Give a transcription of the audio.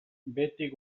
behetik